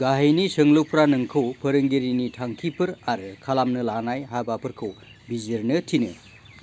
गाहायनि सोंलुफ्रा नोंखौ फोरोंगिरिनि थांखिफोर आरो खालामनो लानाय हाबाफोरखौ बिजिरनो थिनो